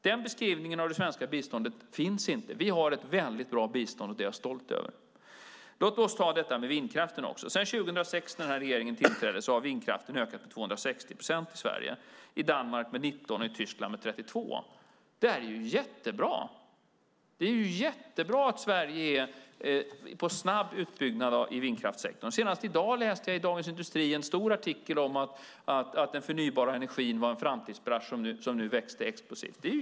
Den beskrivningen av det svenska biståndet finns inte. Vi har ett bra bistånd, och det är jag stolt över. Låt oss också ta frågan om vindkraften. Sedan regeringen tillträdde 2006 har vindkraften ökat med 260 procent i Sverige, i Danmark med 19 och i Tyskland med 32. Det är bra att Sverige ägnar sig åt snabb utbyggnad av vindkraftssektorn. Senast i dag läste jag en stor artikel i Dagens Industri om att den förnybara energin är en framtidsbransch som växer explosivt. Det är bra.